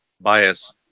bias